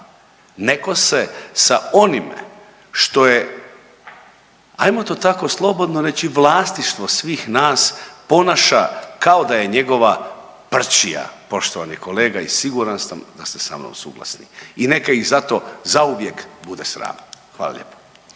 Netko se sa onime što je hajmo to tako slobodno reći vlasništvo svih nas ponaša kao da je njegova prčija poštovani kolega i siguran sam da ste sa mnom suglasni. I neka ih zato zauvijek bude sram. Hvala lijepa.